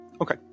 Okay